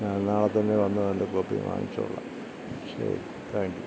ആ നാളെ തന്നെ വന്ന് അതിൻ്റെ കോപ്പി വാങ്ങിച്ചോളാം ശരി താങ്ക് യൂ